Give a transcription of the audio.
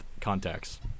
contacts